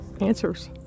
answers